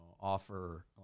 offer